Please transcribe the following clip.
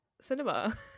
cinema